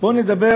בואו נדבר